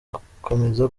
gukomeza